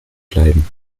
bleiben